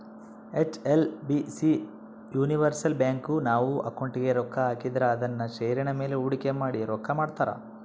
HSBC universal bank, ನಾವು ಅಕೌಂಟಿಗೆ ರೊಕ್ಕ ಹಾಕಿದ್ರ ಅದುನ್ನ ಷೇರಿನ ಮೇಲೆ ಹೂಡಿಕೆ ಮಾಡಿ ರೊಕ್ಕ ಮಾಡ್ತಾರ